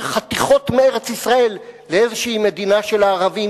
חתיכות מארץ-ישראל לאיזו מדינה של הערבים,